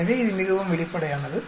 எனவே இது மிகவும் வெளிப்படையானது